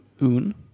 un